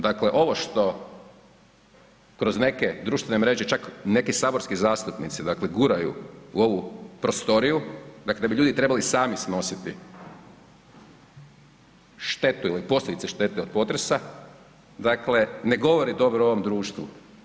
Dakle, ovo što kroz neke društvene mreže, čak neki saborski zastupnici dakle guraju u ovu prostoriju, da bi ljudi trebali sami snositi štetu ili posljedice štete od potresa, ne govore dobro o ovom društvu.